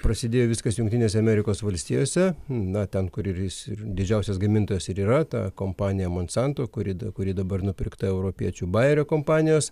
prasidėjo viskas jungtinėse amerikos valstijose na ten kur ir jis didžiausias gamintojas ir yra ta kompanija monsanto kuri kuri dabar nupirkta europiečių baerio kompanijos